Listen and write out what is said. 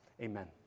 Amen